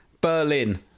Berlin